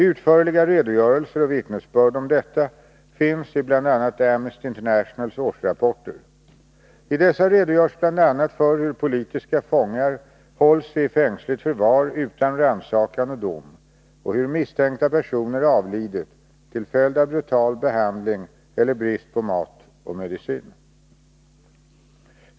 Utförliga redogörelser och vittnesbörd härom återfinns i bl.a. Amnesty Internationals årsrapporter. I dessa redogörs bl.a. för hur politiska fångar hålls i fängsligt förvar utan rannsakan och dom och hur misstänkta personer avlidit till följd av brutal behandling eller brist på mat eller medicin.